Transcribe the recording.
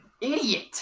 Idiot